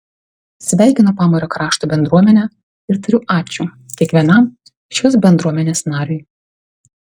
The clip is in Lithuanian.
sveikinu pamario krašto bendruomenę ir tariu ačiū kiekvienam šios bendruomenės nariui